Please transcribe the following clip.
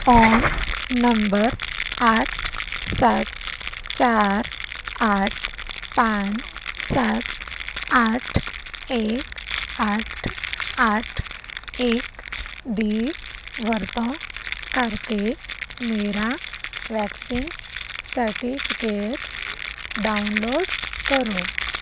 phone number ਅੱਠ ਸੱਤ ਚਾਰ ਅੱਠ ਪੰਜ ਸੱਤ ਅੱਠ ਇੱਕ ਅੱਠ ਅੱਠ ਇੱਕ ਦੀ ਵਰਤੋਂ ਕਰਕੇ ਮੇਰਾ ਵੈਕਸੀਨ ਸਰਟੀਫਿਕੇਟ ਡਾਊਨਲੋਡ ਕਰੋ